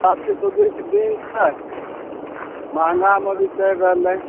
शादी शुदीके दिन छै महँगामे अभी चलि रहलय